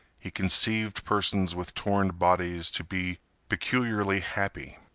he conceived persons with torn bodies to be peculiarly happy.